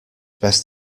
best